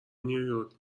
نیویورک